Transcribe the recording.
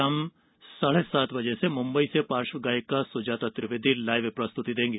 शाम साढ़े सात बजे बजे से मुंबई से पार्श्व गायिका सुजाता त्रिवेदी लाइव प्रस्तुति देंगी